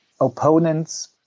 opponents